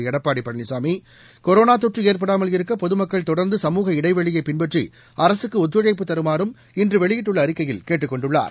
Edappadi Palaniswami corona தொற்று ஏற்படாமல் இருக்க பொதுமக்கள் தொடர்ந்து சமூக இடைவெளியை பின்பற்றி அரசுக்கு ஒத்துழைப்பு தருமாறும் இன்று வெளியிட்டுள்ள அறிக்கையில் கேட்டுக் கொண்டுள்ளார்